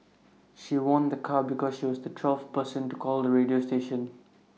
she won A car because she was the twelfth person to call the radio station